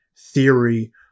theory